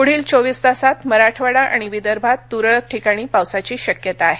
पुढील चोवीस तासात मराठवाडा आणि विदर्भात तुरळक ठिकणी पावसाची शक्यता आहे